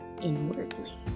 inwardly